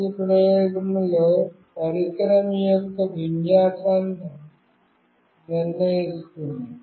మొదటి ప్రయోగంలో పరికరం యొక్క విన్యాసాన్ని నిర్ణయిస్తుంది